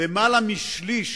למעלה משליש